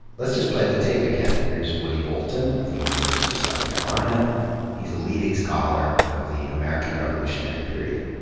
let's just play the tape again. here's woody holton of the university of south carolina he's a leading scholar of the american revolutionary period.